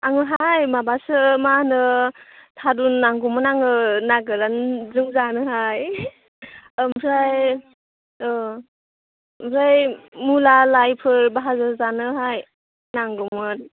आङोहाय माबासो मा होनो थारुन नांगौमोन आङो ना गोरानजों जानोहाय ओमफ्राय ओमफ्राय मुला लाइफोर भाजा जानोहाय नांगौमोन